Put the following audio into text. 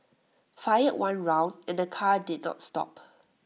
fired one round and the car did not stop